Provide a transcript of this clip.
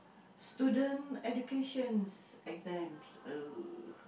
student educations exams ugh